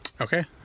Okay